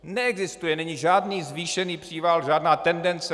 Neexistuje, není žádný zvýšený příval, žádná tendence.